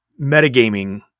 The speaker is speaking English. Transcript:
metagaming